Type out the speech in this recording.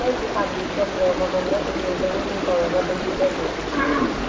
ꯑꯇꯩꯗꯤ ꯄꯥꯝꯕꯤꯗ꯭ꯔꯕꯔꯣ ꯃꯃꯜꯗꯣ ꯑꯗꯨꯝ ꯌꯦꯡꯊꯣꯛ ꯌꯦꯡꯁꯤꯟ ꯇꯧꯔꯒ ꯑꯗꯨꯝ ꯄꯤꯖꯒꯦ